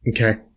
Okay